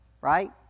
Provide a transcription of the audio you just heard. Right